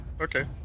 Okay